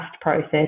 process